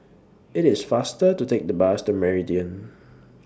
IT IS faster to Take The Bus to Meridian